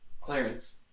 Clarence